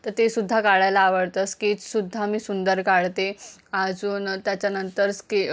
तर ते सुद्धा काढायला आवडतं स्केचसुद्धा मी सुंदर काढते अजून त्याच्यानंतर स्के